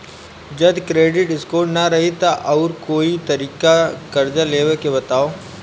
जदि credit score ना रही त आऊर कोई तरीका कर्जा लेवे के बताव?